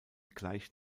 gleich